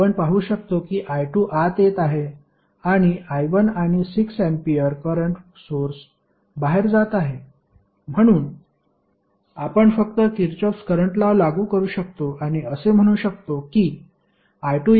आपण पाहू शकतो की I2 आत येत आहे आणि I1 आणि 6 अँपिअर करंट सोर्स बाहेर जात आहे म्हणून आपण फक्त किरचॉफ करंट लॉ लागू करू शकतो आणि असे म्हणू शकतो की i2i16